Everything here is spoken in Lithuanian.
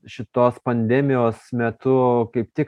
šitos pandemijos metu kaip tik